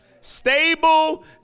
Stable